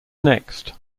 next